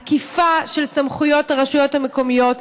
עקיפה של סמכויות הרשויות המקומיות.